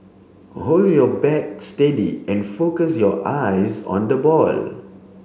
hold your bat steady and focus your eyes on the ball